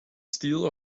steal